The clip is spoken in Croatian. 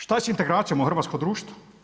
Šta je sa integracijom u hrvatsko društvo?